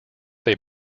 they